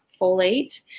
folate